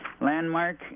Landmark